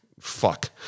fuck